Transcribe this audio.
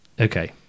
Okay